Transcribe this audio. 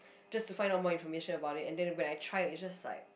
just to find out more information about it and then when I try it's just like